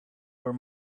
were